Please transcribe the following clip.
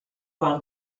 one